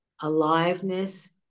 aliveness